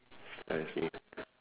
I see